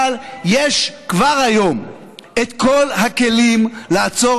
אבל יש כבר היום את כל הכלים לעצור